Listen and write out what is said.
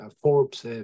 Forbes